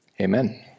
Amen